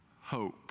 hope